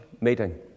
meeting